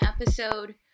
episode